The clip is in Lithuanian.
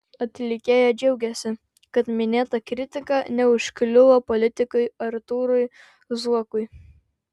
atlikėja džiaugiasi kad minėta kritika neužkliuvo politikui artūrui zuokui